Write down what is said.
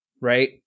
right